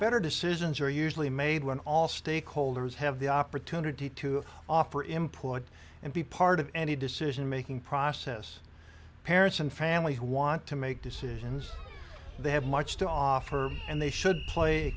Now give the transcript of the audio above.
better decisions are usually made when all stakeholders have the opportunity to offer employed and be part of any decision making process parents and family who want to make decisions they have much to offer and they should play